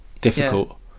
difficult